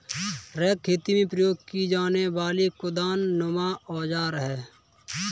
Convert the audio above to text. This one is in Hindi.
रेक खेती में प्रयोग की जाने वाली कुदालनुमा औजार है